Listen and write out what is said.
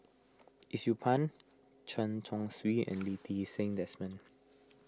Yee Siew Pun Chen Chong Swee and Lee Ti Seng Desmond